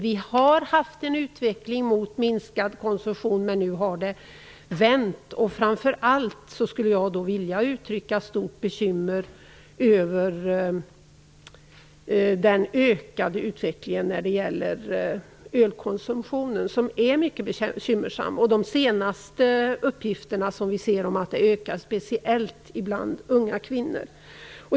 Vi har haft en utveckling mot minskad konsumtion, men nu har utvecklingen vänt. Framför allt vill jag uttrycka stor oro över utvecklingen med den ökade ölkonsumtionen som är mycket bekymmersam. De senaste uppgifterna visar att den ökar speciellt bland unga kvinnor.